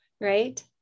Right